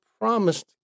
promised